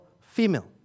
female